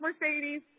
Mercedes